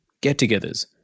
get-togethers